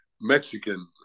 Mexican